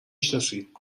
شناسی